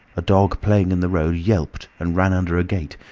a dog playing in the road yelped and ran under a gate,